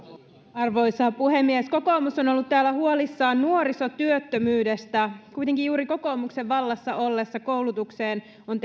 arvoisa puhemies kokoomus on ollut täällä huolissaan nuorisotyöttömyydestä kuitenkin juuri kokoomuksen vallassa ollessa koulutukseen on